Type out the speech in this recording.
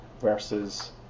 versus